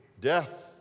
death